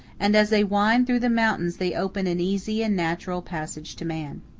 and as they wind through the mountains they open an easy and natural passage to man.